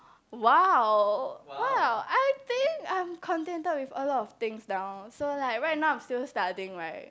!wow! !wow! I think I'm contented with a lot of things now so like right now I'm still studying right